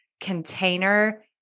container